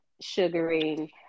sugaring